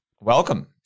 welcome